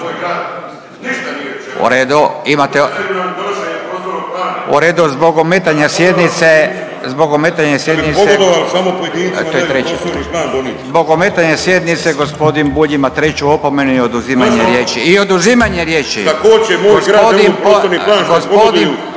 U redu zbog ometanja sjednice, zbog ometanja sjednice, to je treća, zbog ometanja sjednice gospodin Bulj ima treću opomenu i oduzimanje riječi i oduzimanje riječi.